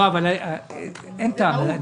אין טעם.